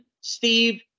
Steve